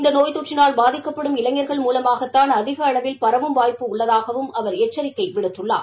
இந்த நோய் தொற்றினால் பாதிக்கப்படும் இளைஞர்கள் மூலமாகத்தான் அதிக அளவில் பரவும் வாய்ப்பு உள்ளதாகவும் அவர் எச்சரிக்கை விடுத்துள்ளார்